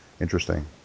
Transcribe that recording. interesting